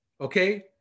okay